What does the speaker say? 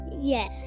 yes